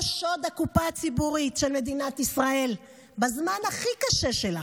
שוד הקופה הציבורית של מדינת ישראל בזמן הכי קשה שלה.